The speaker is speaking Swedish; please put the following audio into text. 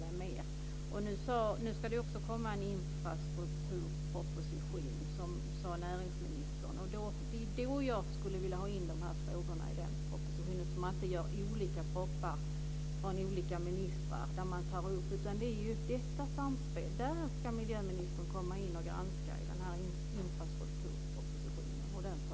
Näringsministern sade att det ska komma en infrastrukturproposition. Där skulle jag vilja ha in de här frågorna, så att inte olika ministrar tar upp dem i sina olika propositioner. Det handlar i stället om ett samspel och det är beträffande den infrastrukturpropositionen som miljöministern ska gå in och granska hur det ser ut.